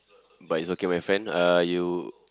but it's okay my friend uh you